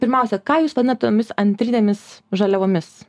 pirmiausia ką jūs vadinat tomis antrinėmis žaliavomis